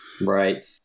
right